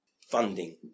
Funding